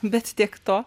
bet tiek to